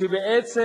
שבעצם